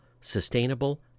sustainable